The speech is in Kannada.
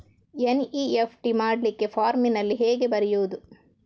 ಎನ್.ಇ.ಎಫ್.ಟಿ ಮಾಡ್ಲಿಕ್ಕೆ ಫಾರ್ಮಿನಲ್ಲಿ ಹೇಗೆ ಬರೆಯುವುದು?